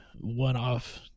one-off